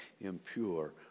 impure